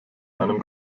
einem